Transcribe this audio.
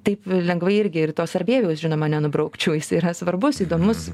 taip lengvai irgi ir to sarbievijaus žinoma nenubraukčiau jis yra svarbus įdomus